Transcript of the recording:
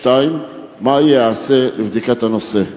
2. מה ייעשה לבדיקת הנושא?